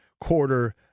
quarter